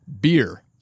beer